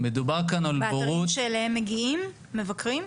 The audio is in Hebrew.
מדובר כאן על בורות -- אתרים שאליהם מגיעים מבקרים?